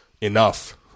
enough